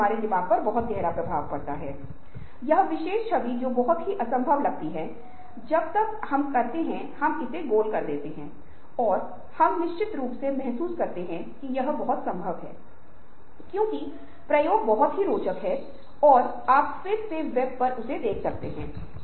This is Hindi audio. इसलिए तार्किक रूप से हर कोई उचित प्रशिक्षण उत्साह और समुदाय और संगठनात्मक समर्थन और प्रोत्साहन के साथ रचनात्मक हो सकता है